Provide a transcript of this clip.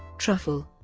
truffle